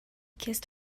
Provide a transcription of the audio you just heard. kissed